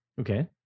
Okay